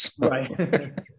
Right